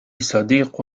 صديق